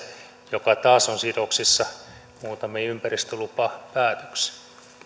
joka taas on sidoksissa muutamiin ympäristölupapäätöksiin